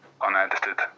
unedited